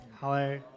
Hello